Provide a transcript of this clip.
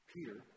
Peter